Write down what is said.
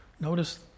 Notice